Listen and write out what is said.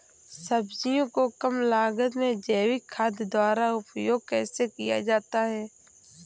सब्जियों को कम लागत में जैविक खाद द्वारा उपयोग कैसे किया जाता है?